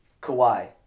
Kawhi